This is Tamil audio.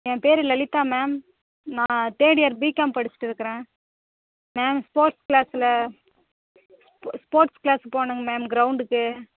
ஏன் பேர் லலிதா மேம் நான் தேர்ட் இயர் பிகாம் படிச்சிட்டுருக்குறேன் மேம் ஸ்போர்ட்ஸ் க்ளாஸில் ஸ்போர்ட்ஸ் க்ளாஸ் போனேங்க மேம் க்ரௌண்டுக்கு